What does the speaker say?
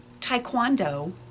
Taekwondo